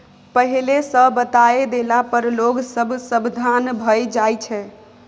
पहिले सँ बताए देला पर लोग सब सबधान भए जाइ छै